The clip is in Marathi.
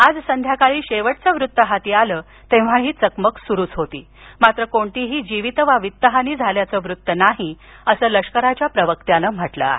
आज संध्याकाळी शेवटचं वृत्त हाती आलं तेव्हाही चकमक सुरूच होती मात्र कोणतीही जीवित वा वित्त हानी झाल्याचं वृत्त नाही असं लष्कराच्या प्रवक्त्यानं म्हटलं आहे